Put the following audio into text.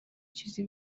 چیزی